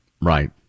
Right